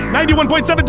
91.7